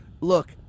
look